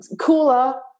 Cooler